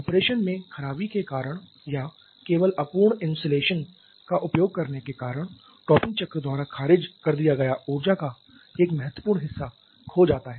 operation में खराबी के कारण या केवल अपूर्ण इन्सुलेशन का उपयोग करने के कारण टॉपिंग चक्र द्वारा खारिज कर दिया गया ऊर्जा का एक महत्वपूर्ण हिस्सा खो जाता है